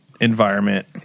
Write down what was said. environment